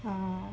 ugh